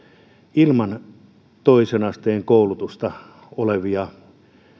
ilman toisen asteen koulutusta olevia